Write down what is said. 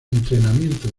entrenamiento